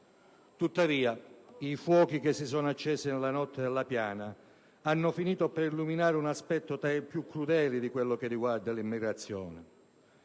Tuttavia, i fuochi accesi nella notte nella Piana hanno finito per illuminare un aspetto tra i più crudeli di quelli che riguardano l'immigrazione,